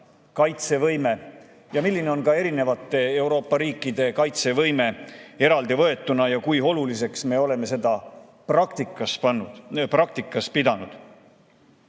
kaitsevõime ja milline on Euroopa riikide kaitsevõime eraldi võetuna ja kui oluliseks me oleme seda praktikas pidanud.